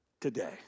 today